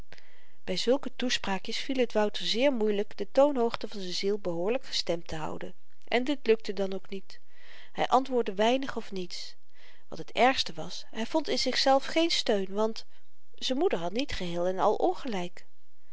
by zulke toespraakjes viel t wouter zeer moeielyk de toonhoogte van z'n ziel behoorlyk gestemd te houden en dit lukte dan ook niet hy antwoordde weinig of niets wat het ergste was hy vond in zichzelf geen steun want z'n moeder had niet geheel-en-al ongelyk